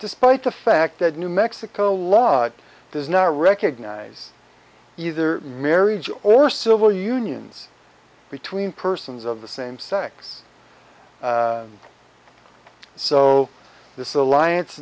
despite the fact that new mexico law does not recognize either marriage or civil unions between persons of the same sex so this alliance